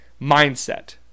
Mindset